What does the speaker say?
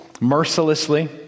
mercilessly